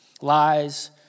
Lies